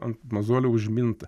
ant mazolių užmint